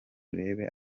urebe